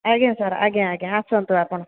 ଆଜ୍ଞା ସାର୍ ଆଜ୍ଞା ଆଜ୍ଞା ଆସନ୍ତୁ ଆପଣ